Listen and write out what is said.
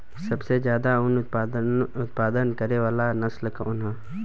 सबसे ज्यादा उन उत्पादन करे वाला नस्ल कवन ह?